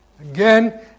Again